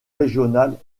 régionales